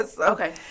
okay